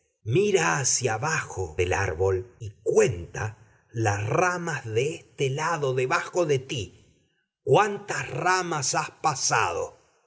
mira hacia abajo del árbol y cuenta las ramas de este lado debajo de ti cuántas ramas has pasado